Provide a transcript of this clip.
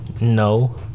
no